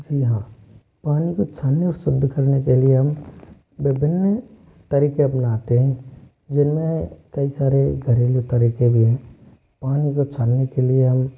जी हाँ पानी को छानने और शुद्ध करने के लिए हम विभिन्न तरीके अपनाते हैं जिनमें कई सारे घरेलू तरीके भी हैं पानी को छानने के लिए हम